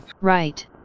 Right